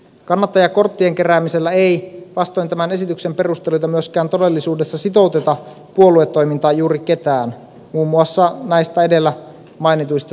kannattajakorttien keräämisellä ei vastoin tämän esityksen perusteluita myöskään todellisuudessa sitouteta puoluetoimintaan juuri ketään muun muassa näistä edellä mainituista syistä